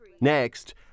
Next